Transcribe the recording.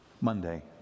Monday